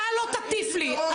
אתה לא תטיף לי,